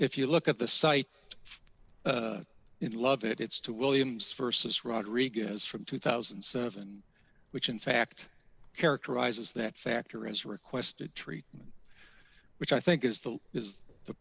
if you look at the site in love it it's to williams st this rodriguez from two thousand and seven which in fact characterizes that factor as requested treatment which i think is the is the